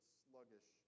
sluggish